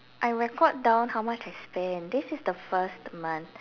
I record down how much I spend this is the first month